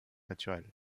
naturelles